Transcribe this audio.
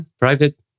private